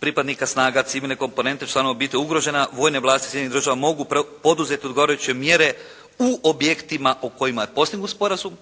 pripadnika snaga, civilne komponente, članove obitelji ugrožena vojne vlasti Sjedinjenih Država mogu poduzeti odgovarajuće mjere u objektima o kojima je postignut sporazum,